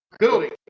building